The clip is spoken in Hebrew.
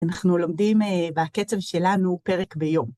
אנחנו לומדים בקצב שלנו פרק ביום.